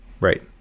Right